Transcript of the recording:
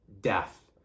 death